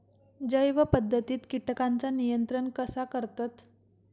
जैव पध्दतीत किटकांचा नियंत्रण कसा करतत?